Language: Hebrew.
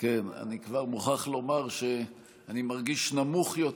אני כבר מוכרח לומר שאני מרגיש נמוך יותר,